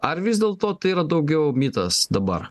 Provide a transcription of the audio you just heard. ar vis dėlto tai yra daugiau mitas dabar